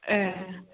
ए